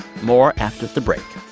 more after the break